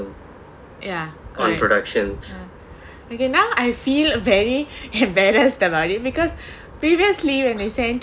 ya correct okay now I feel very embarrassed about it because previously when they sent